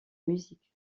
musique